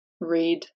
read